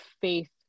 faith